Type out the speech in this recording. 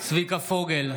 צביקה פוגל,